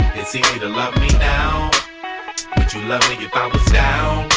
it's easy to love me now would you love me if i was down